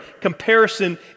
Comparison